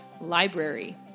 library